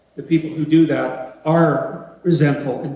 the people who do that are resentful,